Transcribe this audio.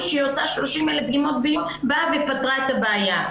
שהיא עושה 30,000 דגימות ביום פתרה את הבעיה.